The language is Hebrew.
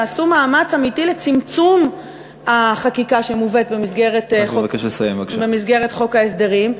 שעשו מאמץ אמיתי לצמצום החקיקה שמובאת במסגרת חוק ההסדרים,